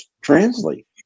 translate